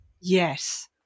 Yes